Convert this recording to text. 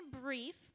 brief